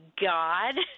God